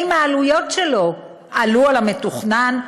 האם העלויות שלו עלו על המתוכנן,